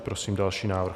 Prosím další návrh.